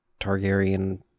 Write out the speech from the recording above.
Targaryen